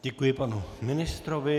Děkuji panu ministrovi.